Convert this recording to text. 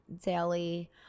daily